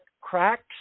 cracks